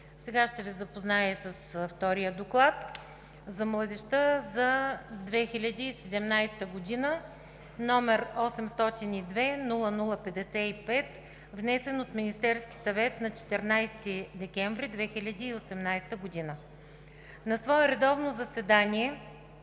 Сега ще Ви запозная и с втория Доклад за младежта за 2017 г., № 802-00-55, внесен от Министерския съвет на 14 декември 2018 г. „На свое редовно заседание,